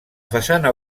façana